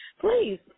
please